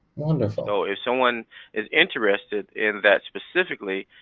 and so if someone is interested in that specifically,